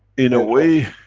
in a way,